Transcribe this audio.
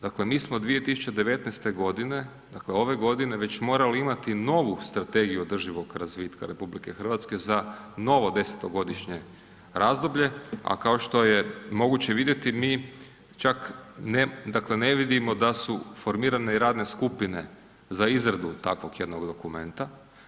Dakle mi smo 2019. godine dakle ove godine već morali imati novu Strategiju održivog razvitka RH za novo desetogodišnje razdoblje, a kao što je moguće vidjeti mi čak ne vidimo da su formirane i radne skupine za izradu takvog jednog dokumenta.